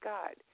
God